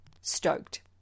Stoked